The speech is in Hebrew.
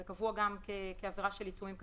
זה קבוע גם כעבירה של עיצומים כספיים.